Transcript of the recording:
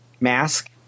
mask